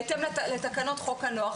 בהתאם לתקנות חוק הנוער,